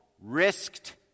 risked